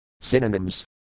Synonyms